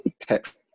Text